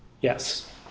Yes